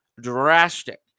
drastic